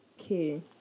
Okay